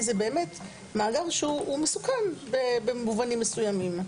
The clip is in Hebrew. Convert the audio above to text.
כי זה באמת מאגר שהוא מסוכן במובנים מסוימים.